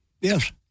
Yes